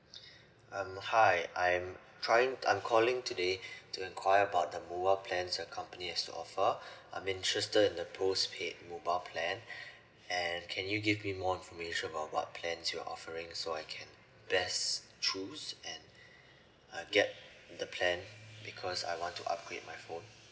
um hi I'm trying I'm calling today to enquire about the mobile plans your company has to offer I'm interested in the postpaid mobile plan and can you give me more information about what plans you're offering so I can best choose and uh get the plan because I want to upgrade my phone